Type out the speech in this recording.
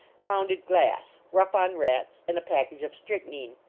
pounded glass, rough on rats, and a package of strychnine.